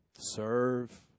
Serve